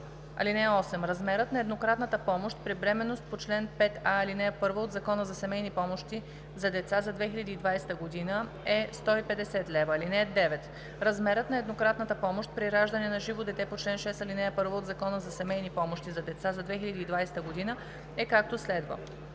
лв. (8) Размерът на еднократната помощ при бременност по чл. 5а, ал. 1 от Закона за семейни помощи за деца за 2020 г. е 150 лв. (9) Размерът на еднократната помощ при раждане на живо дете по чл. 6, ал. 1 от Закона за семейни помощи за деца за 2020 г. е, както следва: